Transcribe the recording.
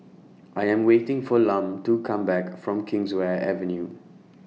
I Am waiting For Lum to Come Back from Kingswear Avenue